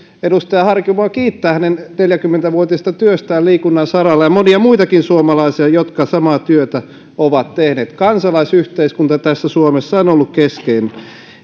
edustaja harkimoa kiittää hänen neljäkymmentä vuotisesta työstään liikunnan saralla ja monia muitakin suomalaisia jotka samaa työtä ovat tehneet kansalaisyhteiskunta suomessa on tässä ollut keskeinen